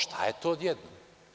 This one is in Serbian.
Šta je to odjednom?